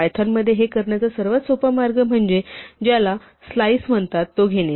Python मध्ये हे करण्याचा सर्वात सोपा मार्ग म्हणजे ज्याला स्लाइस म्हणतात तो घेणे